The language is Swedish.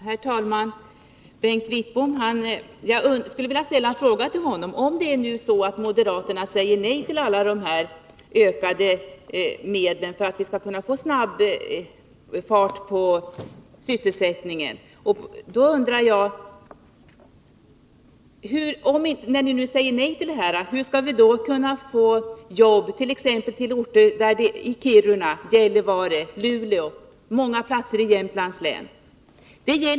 Herr talman! Jag skulle vilja ställa en fråga till Bengt Wittbom. Om moderaterna nu säger nej till alla förslagen om ökade medel för att snabbt få fart på sysselsättningen, hur skall vi då kunna skaffa jobb till orter som t.ex. Kiruna, Gällivare, Luleå och många platser i Jämtlands län?